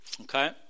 Okay